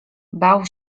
bał